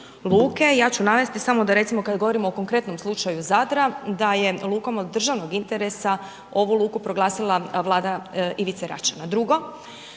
luke, ja ću navesti samo da recimo, kada govorimo o konkretnom slučaju Zadra, da je lukom od državnog interesa, ovu luku proglasila vlada Ivice Račana.